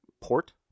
Port